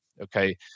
Okay